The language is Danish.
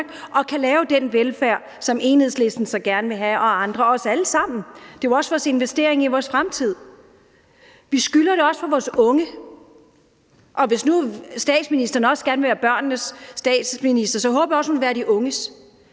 som kan lave den velfærd, som Enhedslisten og andre og vi alle sammen så gerne vil have. Det er jo også vores investering i vores fremtid, og vi skylder det også vores unge, og hvis nu statsministeren gerne vil være børnenes statsminister, håber jeg også, at hun vil være de unges.